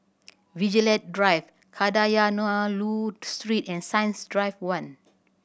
Vigilante Drive Kadayanallur Street and Science Drive One